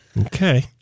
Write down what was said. Okay